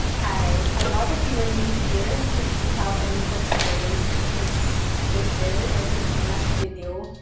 hi, a lot of you are new here sixty thousand new subscribers since april or since my last video,